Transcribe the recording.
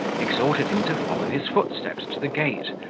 exhorted him to follow his footsteps to the gate,